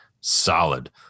solid